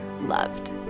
loved